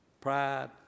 pride